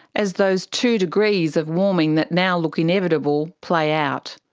as those two degrees of warming that now look inevitable play out.